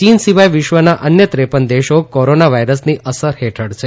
ચીન સિવાય વિશ્વના અન્ય ત્રેપન દેશો કોરોના વાઈરસની અસર હેઠળ છે